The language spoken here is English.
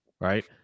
Right